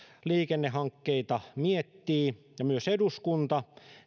liikennehankkeita miettii ja myös eduskunta